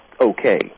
okay